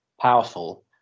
powerful